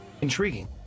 intriguing